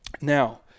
Now